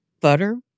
butter